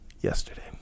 yesterday